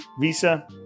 Visa